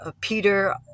Peter